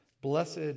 Blessed